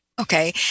Okay